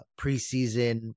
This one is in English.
preseason